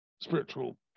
spiritual